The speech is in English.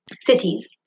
Cities